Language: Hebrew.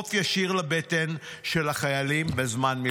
אגרוף ישיר לבטן של החיילים בזמן מלחמה.